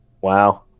wow